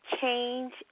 change